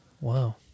Wow